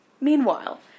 Meanwhile